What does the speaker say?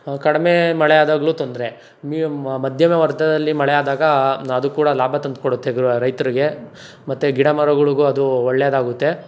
ಕಡಿಮೆ ಮಳೆ ಆದಾಗಲೂ ತೊಂದರೆ ಮಿ ಮಧ್ಯಮ ವರ್ಗದಲ್ಲಿ ಮಳೆ ಆದಾಗ ಅದು ಕೂಡ ಲಾಭ ತಂದು ಕೊಡುತ್ತೆ ಗ್ರ್ ರೈತರಿಗೆ ಮತ್ತು ಗಿಡ ಮರಗಳಿಗೂ ಅದು ಒಳ್ಳೆಯದಾಗುತ್ತೆ